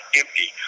empty